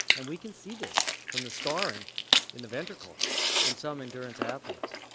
and we can see this from the scarring in the ventricle in some endurance athletes.